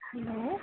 hello